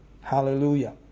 Hallelujah